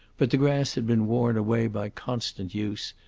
but the grass had been worn away by constant use,